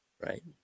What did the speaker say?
right